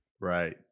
Right